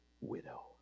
widow